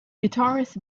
guitarists